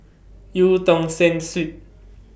EU Tong Sen Street